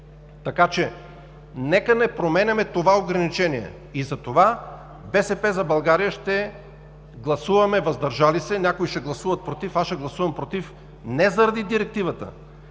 така че нека да не променяме това ограничение, и затова „БСП за България“ ще гласуваме „въздържали се“, някои ще гласуват „против“. Аз ще гласувам „против“ не заради Директивата.